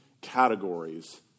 categories